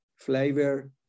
flavor